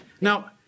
Now